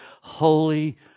holy